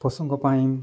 ପଶୁଙ୍କ ପାଇଁ